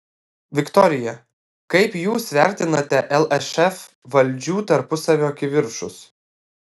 viktorija kaip jūs vertinate lšf valdžių tarpusavio kivirčus